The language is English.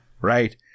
Right